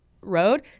road